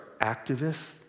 activists